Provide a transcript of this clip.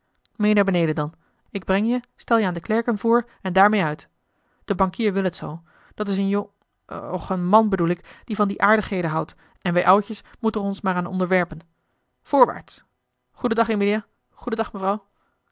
naar beneden dan ik breng je stel je aan de klerken voor en daarmee uit de bankier wil het zoo dat is een jon och een man bedoel ik die van die aardigheden houdt en wij oudjes moeten er ons maar aan onderwerpen voorwaarts goeden dag emilia goeden dag mevrouw